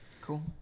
Cool